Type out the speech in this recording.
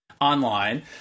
online